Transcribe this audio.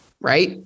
right